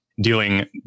dealing